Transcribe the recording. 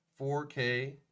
4K